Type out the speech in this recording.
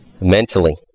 mentally